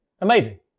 Amazing